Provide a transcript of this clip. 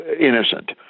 innocent